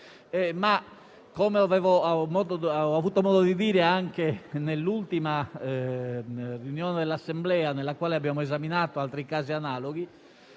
Come ho avuto modo di dire anche nell'ultima seduta dell'Assemblea nella quale abbiamo esaminato casi analoghi,